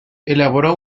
elaboró